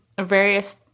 various